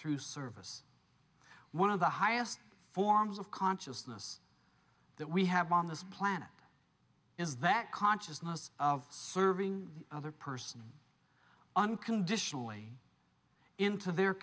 through service one of the highest forms of consciousness that we have on this planet is that consciousness of serving the other person unconditionally into their